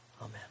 Amen